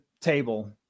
table